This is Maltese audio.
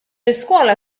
iskola